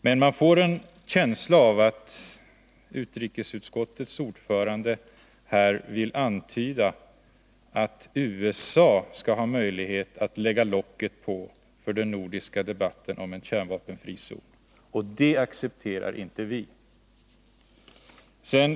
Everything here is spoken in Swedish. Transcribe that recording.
Men man får en känsla av att utrikesutskottets ordförande här vill antyda att USA skall ha möjlighet att lägga locket på för den nordiska debatten om en kärnvapenfri zon. Och det accepterar inte vi.